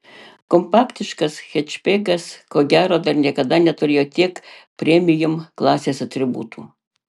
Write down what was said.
kompaktiškas hečbekas ko gero dar niekada neturėjo tiek premium klasės atributų